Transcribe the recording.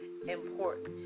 important